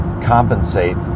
compensate